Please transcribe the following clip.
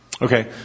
Okay